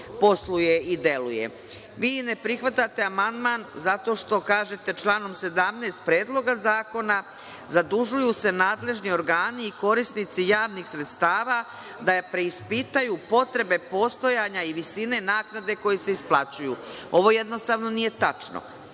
prihvatate amandman zato što kažete – članom 17. Predloga zakona zadužuju se nadležni organi i korisnici javnih sredstava da preispitaju potrebe postojanja i visine naknade koje se isplaćuju. Ovo jednostavno nije tačno.